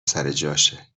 سرجاشه